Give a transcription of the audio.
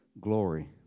Glory